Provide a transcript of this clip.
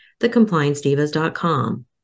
thecompliancedivas.com